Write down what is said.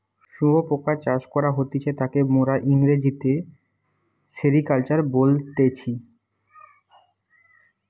শুয়োপোকা চাষ করা হতিছে তাকে মোরা ইংরেজিতে সেরিকালচার বলতেছি